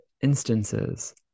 instances